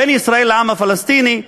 בין ישראל לעם הפלסטיני,